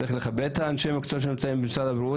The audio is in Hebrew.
צריך לכבד את אנשי המקצוע שנמצאים במשרד הבריאות,